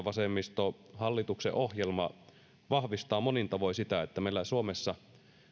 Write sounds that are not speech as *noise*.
*unintelligible* vasemmistohallituksen ohjelma vahvistaa monin tavoin sitä että meillä suomessa